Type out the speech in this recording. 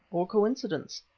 or coincidence.